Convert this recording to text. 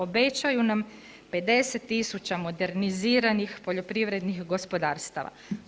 Obećaju nam 50 000 moderniziranih poljoprivrednih gospodarstava.